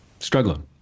struggling